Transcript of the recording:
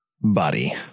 body